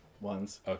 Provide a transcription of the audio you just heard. ones